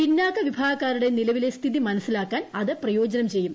പിന്നാക്ക വിഭാഗക്കാരുടെ നിലവിലെ സ്ഥിതി മനസിലാക്കാൻ അത് പ്രയോജനം ചെയ്യും